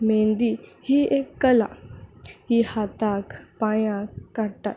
मेहंदी ही एक कला ही हाताक पांयांक काडटात